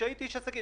כשהייתי איש עסקים,